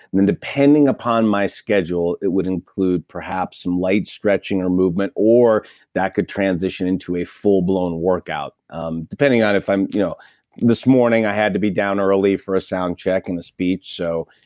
and depending upon my schedule, it would include perhaps some light stretching or movement or that could transition into a full-blown workout um depending on if i'm, you know this morning i had to be down early for a sound check in the speech. so,